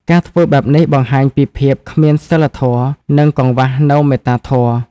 ការធ្វើបែបនេះបង្ហាញពីភាពគ្មានសីលធម៌ និងកង្វះនូវមេត្តាធម៌។